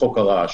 לחוק הרעש.